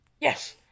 Yes